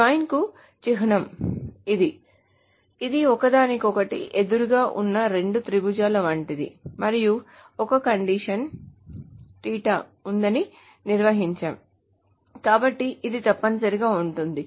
జాయిన్కి చిహ్నం ఇది ఇది ఒకదానికొకటి ఎదురుగా ఉన్న రెండు త్రిభుజాలు వంటిది మరియు ఒక కండిషన్ ఉందని నిర్వచించాము కాబట్టి ఇది తప్పనిసరిగా ఉంటుంది